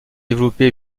développée